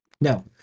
no